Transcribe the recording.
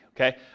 Okay